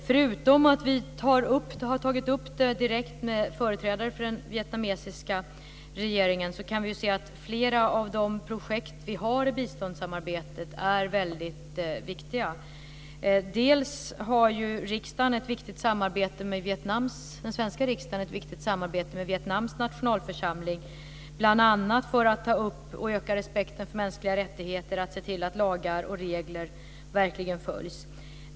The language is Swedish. Förutom att vi har tagit upp det direkt med företrädare för den vietnamesiska regeringen kan vi se att flera av de projekt vi har i biståndssamarbetet är väldigt viktiga. Dels har ju den svenska riksdagen ett viktigt samarbete med Vietnams nationalförsamling, bl.a. för att ta upp och öka respekten för mänskliga rättigheter och för att se till att lagar och regler verkligen följs.